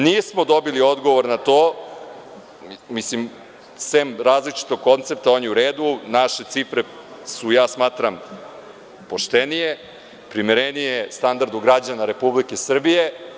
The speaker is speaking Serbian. Nismo dobili odgovor na to, osim različitog koncepta, on je u redu, naše cifre su smatram poštenije, primerenije standardu građana Republike Srbije.